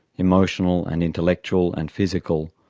emotional and intellectual and physical.